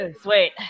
sweet